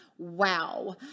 wow